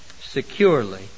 securely